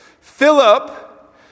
Philip